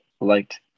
liked